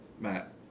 matt